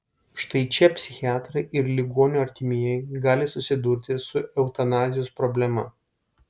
štai čia psichiatrai ir ligonio artimieji gali susidurti su eutanazijos problema